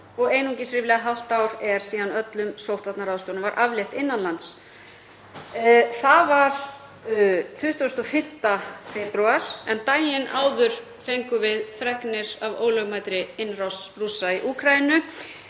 og einungis ríflega hálft ár er síðan öllum sóttvarnaráðstöfunum var aflétt innan lands. Það var 25. febrúar en daginn áður fengum við fregnir af ólögmætri innrás Rússa í Úkraínu